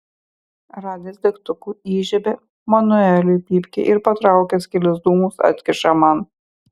radęs degtukų įžiebia manueliui pypkę ir patraukęs kelis dūmus atkiša man